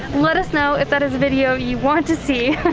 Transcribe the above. let us know if that is a video you want to see.